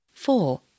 Four